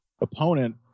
opponent